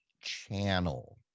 channel